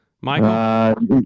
Michael